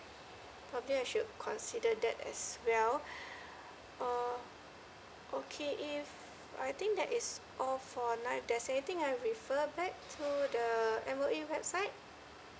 probably I should consider that as well uh okay if I think that is all for now if there's anything I refer back to the M_O_E website